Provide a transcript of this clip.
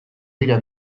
dira